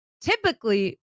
Typically